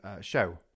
show